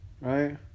right